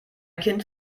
kind